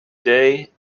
day